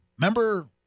remember